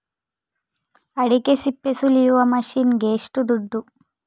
ಅಡಿಕೆ ಸಿಪ್ಪೆ ಸುಲಿಯುವ ಮಷೀನ್ ಗೆ ಏಷ್ಟು ದುಡ್ಡು?